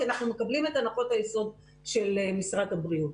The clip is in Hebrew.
אנחנו מקבלים את הנחות היסוד של משרד הבריאות.